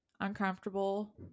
uncomfortable